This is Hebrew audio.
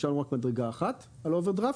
השארנו רק מדרגה אחת על אוברדראפט.